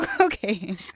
Okay